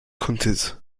counties